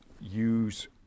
use